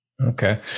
Okay